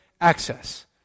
access